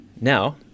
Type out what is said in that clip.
Now